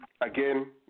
Again